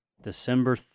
December